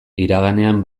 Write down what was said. iraganean